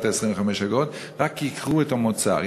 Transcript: את 25 האגורות רק כי ייקרו את המוצר.